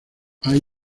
hay